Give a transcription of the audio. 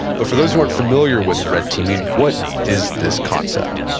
but for those who aren't familiar with red teaming, what is this concept?